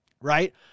right